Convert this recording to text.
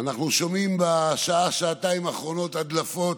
אנחנו שומעים בשעה-שעתיים האחרונות הדלפות,